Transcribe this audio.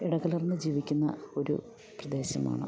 ഇടകലർന്ന് ജീവിക്കുന്ന ഒരു പ്രദേശമാണ്